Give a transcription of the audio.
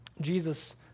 Jesus